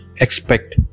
expect